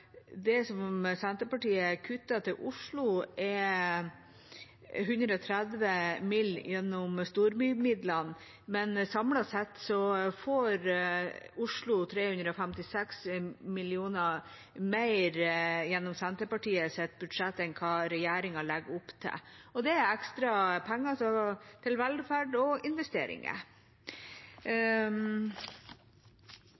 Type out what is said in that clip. det Senterpartiet kutter til Oslo, er 130 mill. kr gjennom storbymidlene, men samlet sett får Oslo 356 mill. kr mer gjennom Senterpartiets budsjett enn hva regjeringa legger opp til. Det er ekstra penger til velferd og investeringer.